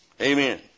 Amen